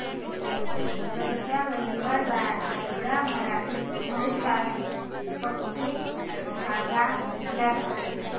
रस्त्यावरील बाजार आठवडाभरात बहुतांश पक्के भाग व्यापतो